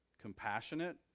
Compassionate